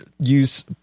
use